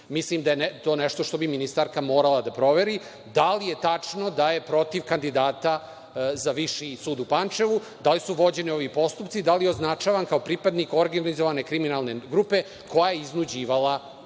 Mislim da je to nešto što ministarka mora da proveri. Da li je tačno da je protiv kandidata za Viši sud u Pančevu, da li su vođeni ovi postupci? Da li je označavan kao pripadnik organizacione kriminalne grupe koja je iznuđivala